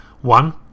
One